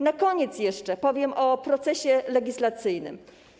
Na koniec jeszcze powiem o procesie legislacyjnym.